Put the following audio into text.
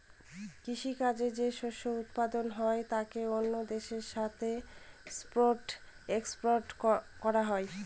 কৃষি কাজে যে শস্য উৎপাদন হয় তাকে অন্য দেশের সাথে ইম্পোর্ট এক্সপোর্ট করা হয়